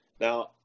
Now